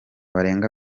barenga